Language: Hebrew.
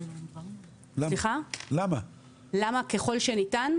למה ככול שניתן?